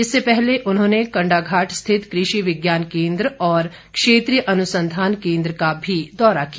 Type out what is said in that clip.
इससे पहले उन्होंने कंडाघाट स्थित कृषि विज्ञान केंद्र और क्षेत्रीय अनुसंधान केंद्र का भी दौरा किया